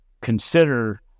consider